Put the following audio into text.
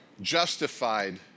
justified